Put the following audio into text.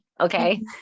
Okay